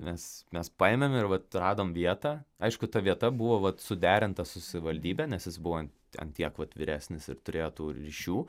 nes mes paėmėm ir vat radom vietą aišku ta vieta buvo vat suderinta su savivaldybe nes jis buvo ten tiek vat vyresnis ir turėjo tų ryšių